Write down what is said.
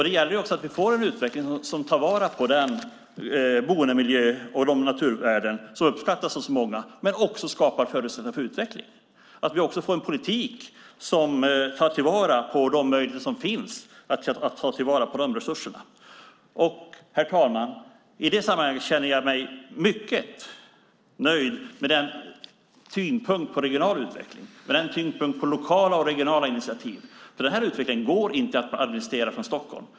Det gäller också att vi får en utveckling som tar vara på den boendemiljö och de naturvärden som uppskattas av så många och även skapar förutsättningar för utveckling. Det gäller att vi får en politik som tar till vara de möjligheter som finns att använda de resurserna. Herr talman! I det sammanhanget känner jag mig mycket nöjd med tyngdpunkten på regional utveckling, med tyngdpunkten på lokala och regionala initiativ. För den här utvecklingen går inte att administrera från Stockholm.